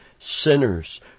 sinners